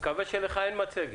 מקווה שלך אין מצגת.